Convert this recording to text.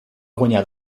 guanyar